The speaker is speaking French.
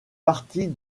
partie